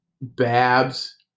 babs